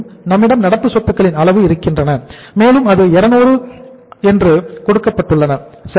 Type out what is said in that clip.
நம்மிடம் நடப்பு சொத்துக்களின் அளவு இருக்கின்றன மேலும் அது 200 என்று கொடுக்கப்பட்டுள்ளன சரியா